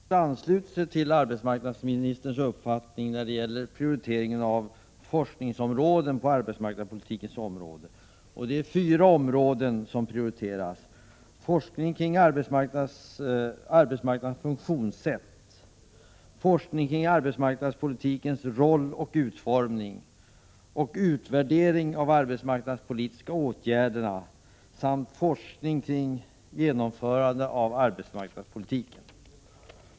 Herr talman! Arbetsmarknadsutskottet ansluter sig till arbetsmarknadsministerns uppfattning när det gäller prioritering av forskningsområden på arbetsmarknadspolitikens område. De fyra områden som prioriteras är: forskning kring arbetsmarknadens funktionssätt, forskning kring arbetsmarknadspolitikens roll och utformning, utvärdering av de arbetsmarknadspolitiska åtgärderna samt forskning kring genomförande av arbetsmarknadspolitiken.